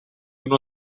uno